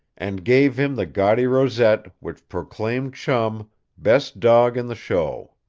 and gave him the gaudy rosette which proclaimed chum best dog in the show.